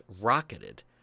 rocketed